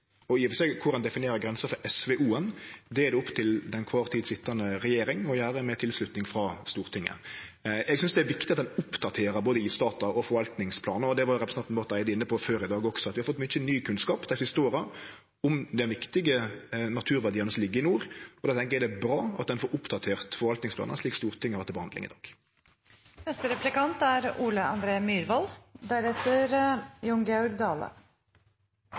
og i og for seg korleis ein definerer grensa for SVO-en, er opp til den til kvar tid sitjande regjeringa å gjere med tilslutning frå Stortinget. Eg synest det er viktig at ein oppdaterer både isdata og forvaltingsplanar. Det var representanten Barth Eide òg inne på før i dag, at vi har fått mykje ny kunnskap dei siste åra om dei viktige naturverdiane som ligg i nord, og då tenkjer eg det er bra at ein får oppdatert forvaltingsplanane, slik Stortinget har til behandling i dag. Jeg deler statsrådens tanker rundt viktigheten av et bredt forlik. Representant og saksordfører Kjenseth, som er